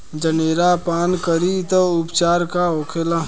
जनेरा पान करी तब उपचार का होखेला?